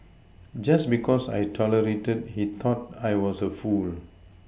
just because I tolerated he thought I was a fool